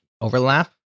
overlap